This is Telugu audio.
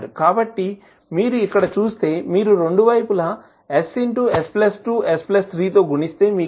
కాబట్టి మీరు ఇక్కడ చూస్తే మీరు రెండు వైపులా s s 2 s 3 తో గుణిస్తే మీకు ఏమి లభిస్తుంది